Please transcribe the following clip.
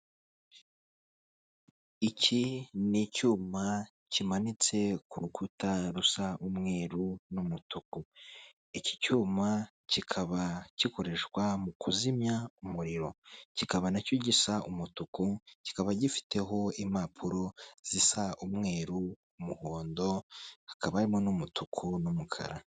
Iki ni icyuma kimanitse ku rukuta rusa umweru n'umutuku, iki cyuma kikaba gikoreshwa mu kuzimya umuriro, kikaba nacyo gisa umutuku kikaba gifiteho impapuro zisa umweru, umuhondo, hakaba harimo n'umutuku n'umukara.